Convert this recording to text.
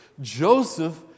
joseph